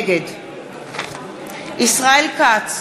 נגד ישראל כץ,